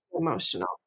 emotional